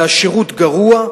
והשירות גרוע.